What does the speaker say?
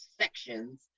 sections